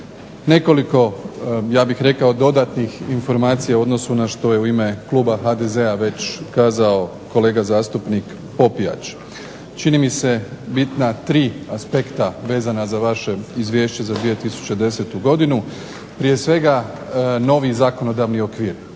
rekao dodatnih informacija u odnosu na što je u ime kluba HDZ-a već kazao kolega zastupnik Popijač. Čini mi se bitna tri aspekta vezana za vaše izvješće za 2010. godinu, prije svega novi zakonodavni okvir.